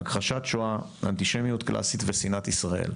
הכחשת שואה, אנטישמיות קלאסית ושנאת ישראל.